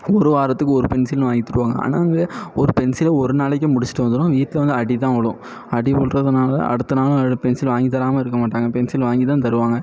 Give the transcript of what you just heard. ஒரு வாரத்துக்கு ஒரு பென்சில்னு வாங்கி தருவாங்க ஆனால் இங்கே ஒரு பென்சிலை ஒரு நாளைக்கே முடிச்சிட்டு வந்துடுவோம் வீட்டில வந்து அடிதான் விலும் அடி வில்றதுனால அடுத்த நாளும் வேற பென்சில் வாங்கி தராமல் இருக்க மாட்டாங்க பென்சில் வாங்கிதான் தருவாங்க